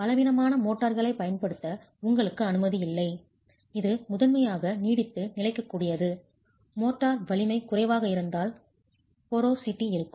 பலவீனமான மோர்டார்களைப் பயன்படுத்த உங்களுக்கு அனுமதி இல்லை இது முதன்மையாக நீடித்து நிலைக்கக்கூடியது மோர்டார் வலிமை குறைவாக இருந்தால் போரோசிட்டி இருக்கும்